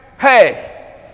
hey